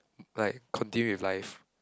like continue with life